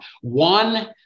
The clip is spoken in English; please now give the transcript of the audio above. one